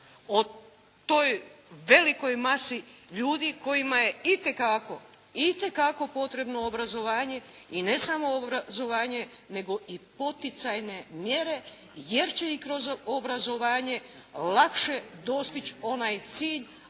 o toj velikoj masi ljudi kojima je itekako potrebno obrazovanje i ne samo obrazovanje nego i poticajne mjere jer će i kroz obrazovanje lakše dostići onaj cilj